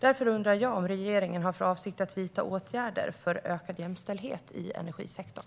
Därför undrar jag om regeringen har för avsikt att vidta åtgärder för ökad jämställdhet i energisektorn.